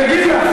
אני אגיד לך,